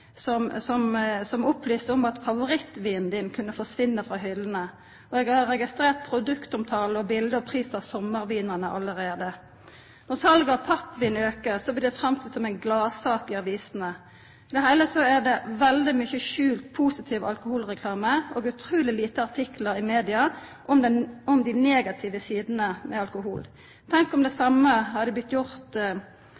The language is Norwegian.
opplyste om at favorittvinen din kunne forsvinna frå hyllene, og eg har registrert produktomtale med bilete og pris av sommarvinane allereie. Når salet av pappvin aukar, blir det framstilt som ei gladsak i avisene. I det heile er det veldig mykje skjult positiv alkoholreklame og utruleg få artiklar i media om dei negative sidene ved alkohol. Tenk om det